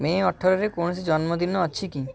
ମେ ଅଠରରେ କୌଣସି ଜନ୍ମଦିନ ଅଛି କି